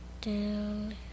Down